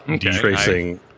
tracing